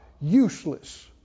useless